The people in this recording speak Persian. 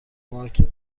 مارکت